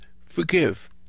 forgive